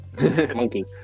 Monkey